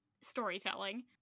storytelling